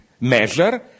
measure